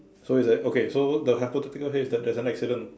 so it's like okay so the hypothetically here is that there is an accident